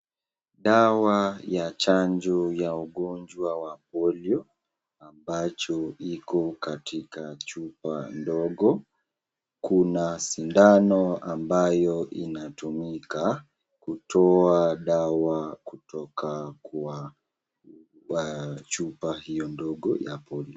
Dawa ya chanjo ya ugonjwa wa Polio, ambacho iko katika chupa ndogo, kuna sindano ambayo inatumika kutoa dawa kutoka kwa, kwa chupa hio ndogo ya Polio.